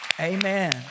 Amen